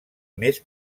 més